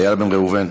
איל בן ראובן,